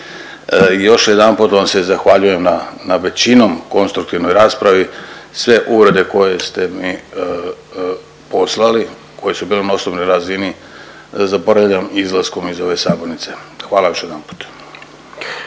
Još jedanput vam se zahvaljujem na većinom konstruktivnoj raspravi. Sve uvrede koje ste mi poslali, koje su bile na osobnoj razini zaboravljam izlaskom iz ove sabornice. Hvala još jedanput.